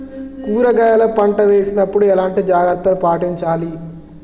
కూరగాయల పంట వేసినప్పుడు ఎలాంటి జాగ్రత్తలు పాటించాలి?